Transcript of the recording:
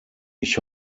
ich